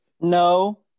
No